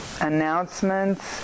Announcements